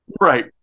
Right